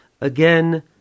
again